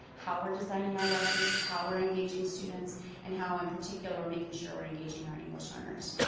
how we're designing our lessons, how we're engaging students and how, in particular, we're making sure we're engaging our english learners.